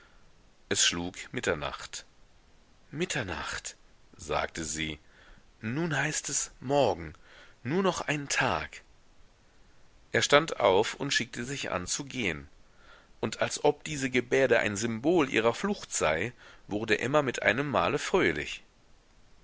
es schlug mitternacht mitternacht sagte sie nun heißt es morgen nur noch ein tag er stand auf und schickte sich an zu gehen und als ob diese gebärde ein symbol ihrer flucht sei wurde emma mit einem male fröhlich